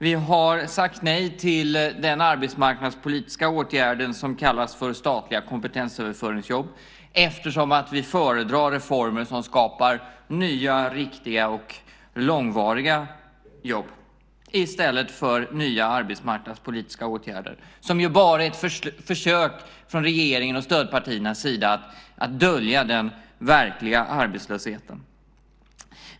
Vi har sagt nej till den arbetsmarknadspolitiska åtgärd som kallas för statliga kompetensöverföringsjobb eftersom vi föredrar reformer som skapar nya, riktiga och långvariga jobb i stället för nya arbetsmarknadspolitiska åtgärder som ju bara är ett försök från regeringens och stödpartiernas sida att dölja den verkliga arbetslösheten.